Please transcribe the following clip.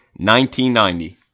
1990